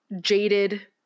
jaded